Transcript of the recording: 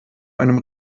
einem